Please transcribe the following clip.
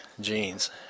jeans